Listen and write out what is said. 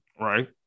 Right